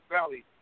Valley